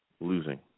losing